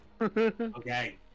Okay